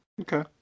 okay